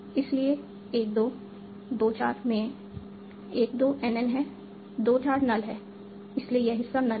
इसलिए 1 2 2 4 में 1 2 NN है 2 4 null है इसलिए यह हिस्सा null है